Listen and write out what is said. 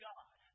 God